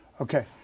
okay